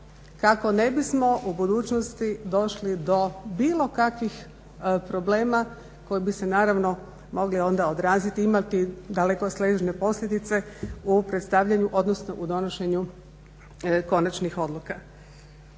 kako ne bismo u budućnosti došli do bilo kakvih problema koji bi se naravno mogli onda odraziti i imati dalekosežne posljedice u predstavljanju, odnosno u donošenju konačnih odluka.